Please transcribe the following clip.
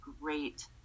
great